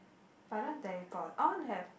but I don't teleport on have